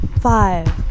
Five